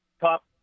top